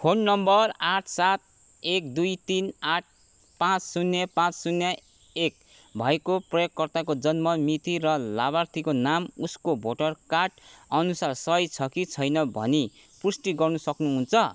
phone नम्बर आठ सात एक दुई तिन आठ पाचँ शुन्य पाचँ शुन्य एक भएको प्रयोगकर्ताको जन्म मिति र लाभार्थीको नाम उसको भोटर कार्ड अनुसार सही छ कि छैन भनी पुष्टि गर्नु सक्नुहुन्छ